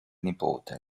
nipote